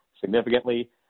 significantly